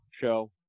show